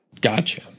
Gotcha